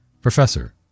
Professor